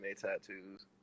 tattoos